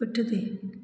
पुठिते